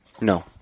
No